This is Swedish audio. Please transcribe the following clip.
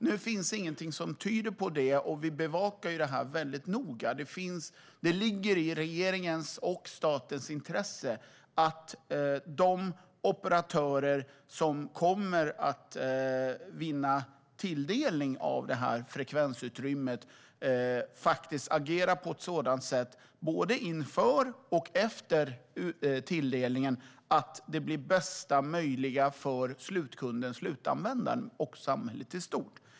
Nu finns ingenting som tyder på det, och vi bevakar detta väldigt noga. Det ligger i regeringens och statens intresse att de operatörer som kommer att vinna tilldelning av frekvensutrymme faktiskt agerar på ett sådant sätt, både inför och efter tilldelningen, att det blir bästa möjliga för slutkunden och samhället i stort.